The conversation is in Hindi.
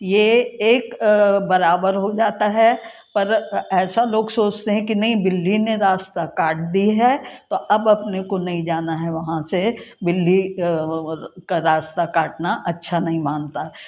ये एक बराबर हो जाता है पर ऐसा लोग सोचते है कि नहीं बिल्ली ने सस्ता काट दी है तो अब अपने को नहीं जाना है वहाँ से बिल्ली का रास्ता काटना अच्छा नहीं मानता